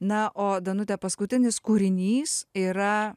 na o danute paskutinis kūrinys yra